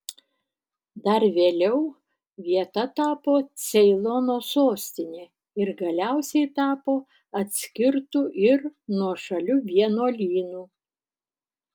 dar vėliau vieta tapo ceilono sostine ir galiausiai tapo atskirtu ir nuošaliu vienuolynu